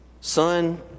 son